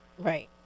Right